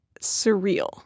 surreal